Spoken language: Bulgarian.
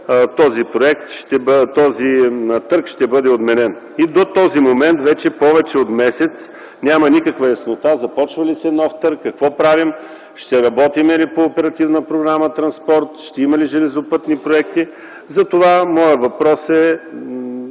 поради която този търг ще бъде отменен. И до този момент, вече повече от месец, няма никаква яснота – започва ли се нов търг, какво правим, ще работим ли по Оперативна програма „Транспорт”, ще има ли железопътни проекти? Моят въпрос е